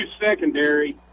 secondary